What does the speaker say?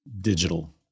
digital